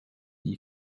die